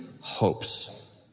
hopes